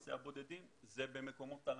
בנושא הבודדים במקומות הלנה.